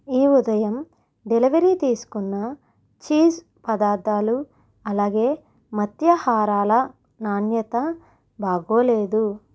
ఈ ఉదయం డెలివరీ తీసుకున్న చీజ్ పదార్థాలు అలాగే మధ్యహారాల నాణ్యత బాగలేదు